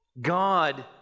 God